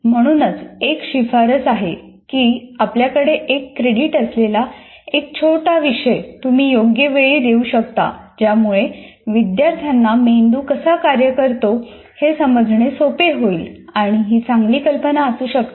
म्हणूनच एक शिफारस आहे की आपल्याकडे एक क्रेडिट असलेला एक छोटा विषय तुम्ही योग्य वेळी देऊ शकता ज्यामुळे विद्यार्थ्यांना मेंदू कसा कार्य करतो हे समजणे सोपे होईल आणि ही चांगली कल्पना असू शकते